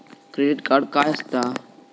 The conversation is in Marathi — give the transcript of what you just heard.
क्रेडिट कार्ड काय असता?